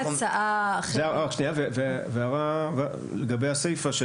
הערה לגבי הסיפה של